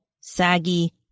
saggy